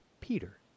Peter